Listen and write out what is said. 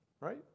right